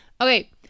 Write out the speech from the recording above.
Okay